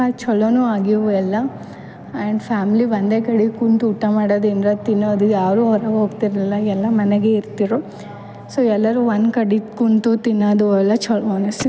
ಭಾಳ ಚಲೋನು ಆಗ್ಯವು ಎಲ್ಲ ಆ್ಯಂಡ್ ಫ್ಯಾಮ್ಲಿ ಒಂದೇ ಕಡೆ ಕುಂತು ಊಟ ಮಾಡದೇನ್ರ ತಿನ್ನೋದು ಈ ಯಾರು ಹೊರಗೊಗ್ತಿರಲಿಲ್ಲ ಎಲ್ಲಾ ಮನೆಗೆ ಇರ್ತಿರು ಸೊ ಎಲ್ಲರು ಒಂದ್ಕಡೆ ಕುಂತು ತಿನ್ನಾದು ಎಲ್ಲ ಚಲೋ ಅನಸ್ತಿ